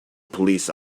police